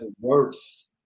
Worse